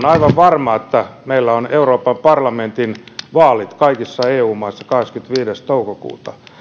aivan varma että kun meillä on euroopan parlamentin vaalit kaikissa eu maissa kahdeskymmenesviides toukokuuta